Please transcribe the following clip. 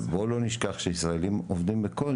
אבל בוא לא נשכח שישראלים עובדים בכל